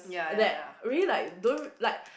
that really like don't like